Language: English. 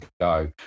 go